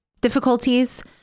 difficulties